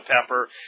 pepper